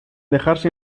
dejarse